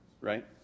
right